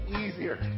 easier